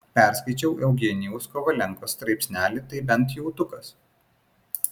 perskaičiau eugenijaus kovalenkos straipsnelį tai bent jautukas